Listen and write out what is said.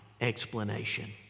explanation